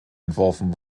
entworfen